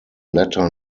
letter